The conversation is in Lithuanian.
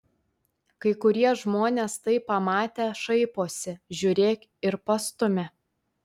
kai kurie žmonės tai pamatę šaiposi žiūrėk ir pastumia